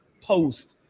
post